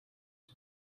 you